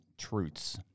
truths